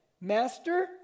master